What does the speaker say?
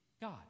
God